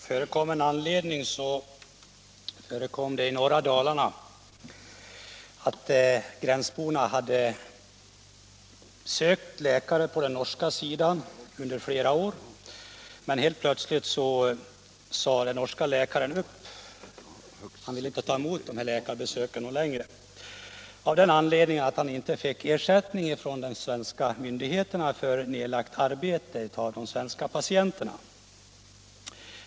Herr talman! I norra Dalarna hade gränsborna sökt läkare på den norska sidan under flera år när plötsligt den norske läkaren inte längre ville fortsätta att ta emot dessa patienter. Anledningen var att han inte fick ersättning från de svenska myndigheterna för nedlagt arbete på de svenska patienterna.